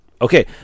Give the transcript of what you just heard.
Okay